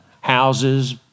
houses